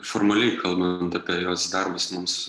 formaliai kalbant apie jos darbus mums